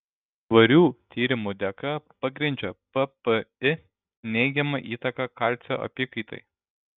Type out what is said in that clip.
svarių tyrimų dėka pagrindžia ppi neigiamą įtaką kalcio apykaitai